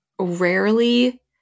rarely